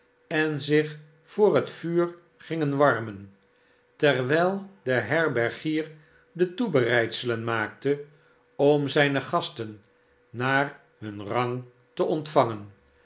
en zich voor het vuur gingen warmen terwijl de herbergier de toebereidselen maakte om zijne gasten naar hun rang te ontvangen